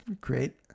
great